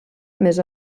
més